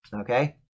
Okay